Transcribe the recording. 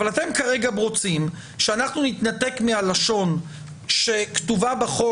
אתם כרגע רוצים שאנחנו נתנתק מהלשון שכתובה בחוק